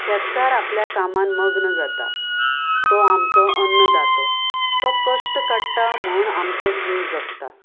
शेतकार आपल्या कामांत मग्न जाता तो आमचो अन्नदातो तो कश्ट काडटा म्हण आमचो जीव जगता